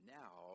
now